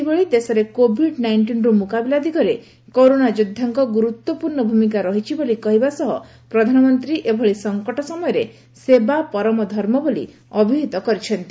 ସେହିଭଳି ଦେଶରେ କୋଭିଡ୍ ନାଇକ୍କିନ୍ର ମୁକାବିଲା ଦିଗରେ କରୋନା ଯୋବ୍ବାଙ୍କ ଗୁରୁଡ୍ପୂର୍ଷ୍ ଭୂମିକା ରହିଛି ବୋଲି କହିବା ସହ ପ୍ରଧାନମନ୍ତୀ ଏଭଳି ସଂକଟ ସମୟରେ ସେବା ପରମ ଧର୍ମ ବୋଲି ଅଭିହିତ କରିଛନ୍ତି